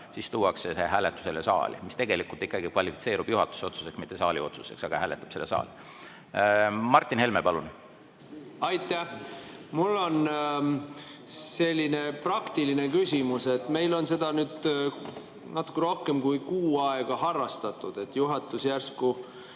siis tuuakse see saali hääletusele, mis tegelikult ikkagi kvalifitseerub juhatuse otsuseks, mitte saali otsuseks, aga hääletab seda saal. Martin Helme, palun! Aitäh! Mul on selline praktiline küsimus. Meil on seda nüüd natuke rohkem kui kuu aega harrastatud, et juhatus järsku